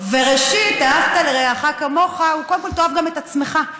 זה כלל גדול בתורה.